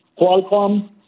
Qualcomm